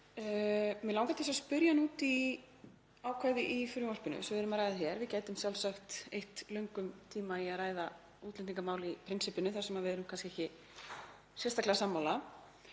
Mig langar til að spyrja hann út í ákvæði í frumvarpinu sem við ræðum hér. Við gætum sjálfsagt eytt löngum tíma í að ræða útlendingamál í prinsippinu þar sem við erum kannski ekki sérstaklega sammála.